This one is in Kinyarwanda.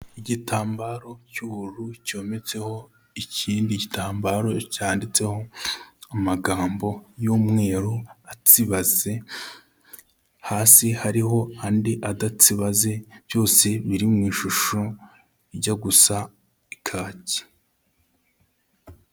Igitambaro cy'ubururu cyometseho ikindi gitambaro, cyanditseho amagambo y'umweru atsibatse hasi, hariho andi adatsibatse byose biri mu ishusho ijya gusa ikaki.